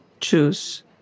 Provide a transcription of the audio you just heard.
choose